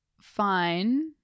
fine